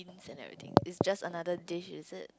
and everything it's just like another dish is it